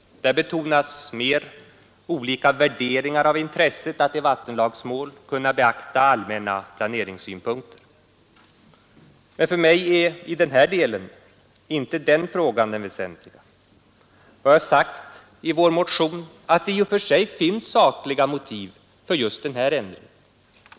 Där betonas mer olika värderingar av intresset att i vattenmål kunna beakta allmänna planeringssynpunkter. För mig är i den här delen inte den frågan det väsentliga. Vi har sagt i vår motion att det i och för sig finns sakliga motiv för just denna ändring.